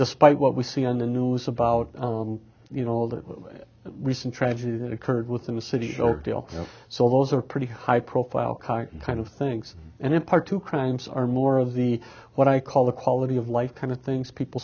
despite what we see on the news about you know the recent tragedy that occurred within the city of oakdale so those are pretty high profile contant kind of things and in part two crimes are more of the what i call the quality of life kind of things people